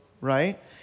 right